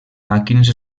màquines